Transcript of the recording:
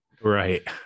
Right